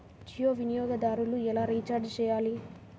జియో వినియోగదారులు ఎలా రీఛార్జ్ చేయాలి?